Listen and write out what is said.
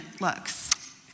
looks